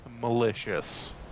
malicious